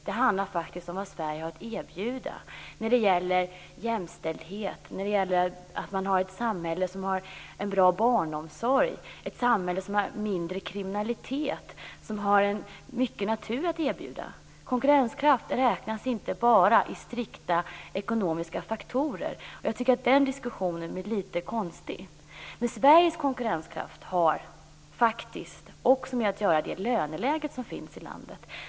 Det handlar faktiskt om vad Sverige har att erbjuda när det gäller jämställdhet, att man har ett samhälle som har en bra barnomsorg, ett samhälle som har mindre kriminalitet och ett samhälle som har mycket natur att erbjuda. Konkurrenskraft räknas inte bara i strikta ekonomiska faktorer. Jag tycker att den diskussionen blir lite konstig. Sveriges konkurrenskraft har faktiskt också att göra med det löneläge som finns i landet.